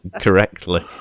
correctly